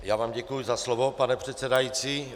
Já vám děkuji za slovo, pane předsedající.